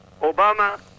Obama